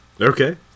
Okay